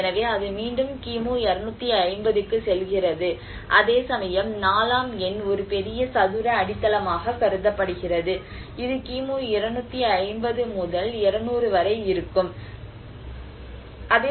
எனவே அது மீண்டும் கிமு 250 க்கு செல்கிறது அதேசமயம் 4 ஆம் எண் ஒரு பெரிய சதுர அடித்தளமாக கருதப்படுகிறது இது கிமு 250 முதல் 200 வரை இருக்கும்